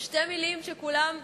שתי מלים שכולם ציפו,